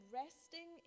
resting